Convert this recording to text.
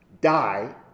die